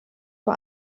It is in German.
vor